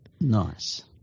Nice